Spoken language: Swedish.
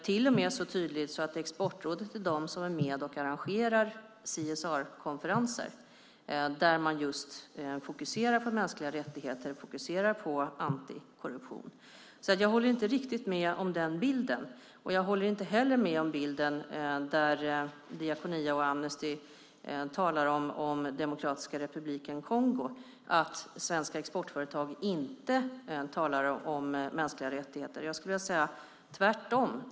Till och med så tydligt att Exportrådet är med och arrangerar CSR-konferenser där man fokuserar på mänskliga rättigheter och antikorruption. Jag håller inte riktigt med om din bild, och jag håller inte med om bilden att Diakonia och Amnesty i fråga om Demokratiska Republiken Kongo menar att svenska exportföretag inte talar om mänskliga rättigheter. Jag skulle vilja säga: Tvärtom.